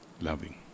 loving